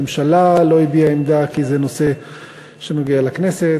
הממשלה לא הביעה עמדה כי זה נושא שנוגע לכנסת,